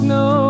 no